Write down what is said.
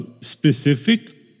specific